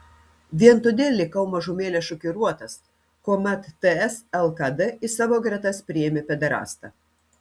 vien todėl likau mažumėlę šokiruotas kuomet ts lkd į savo gretas priėmė pederastą